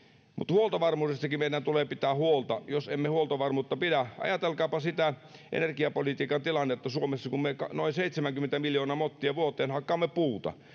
huoltovarmuudestakin meidän tulee pitää huolta jos emme huoltovarmuutta pidä ajatelkaapa energiapolitiikan tilannetta suomessa kun me noin seitsemänkymmentä miljoonaa mottia vuoteen hakkaamme puuta niin